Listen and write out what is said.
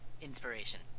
Inspiration